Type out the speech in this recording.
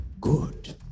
good